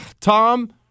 Tom